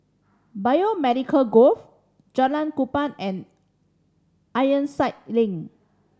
Biomedical Grove Jalan Kupang and Ironside Link